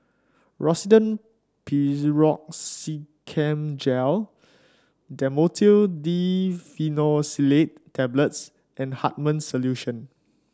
Rosiden Piroxicam Gel Dhamotil Diphenoxylate Tablets and Hartman's Solution